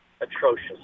Atrocious